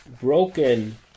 broken